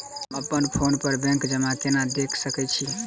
हम अप्पन फोन पर बैंक जमा केना देख सकै छी?